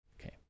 Okay